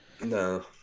No